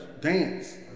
Dance